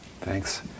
Thanks